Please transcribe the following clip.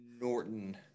Norton